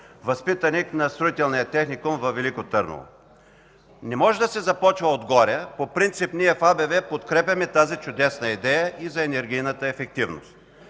възпитаник на Строителния техникум във Велико Търново. Не може да се започва отгоре. По принцип в АБВ подкрепяме тази чудесна идея за енергийната ефективност.